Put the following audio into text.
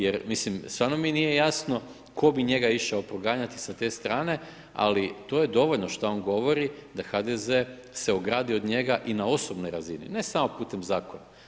Jer mislim, stvarno mi nije jasno, tko bi njega išao proganjati sa te strane, ali to je dovoljno što on govori da HDZ se ogradi od njega i na osobnoj razini, ne samo putem zakona.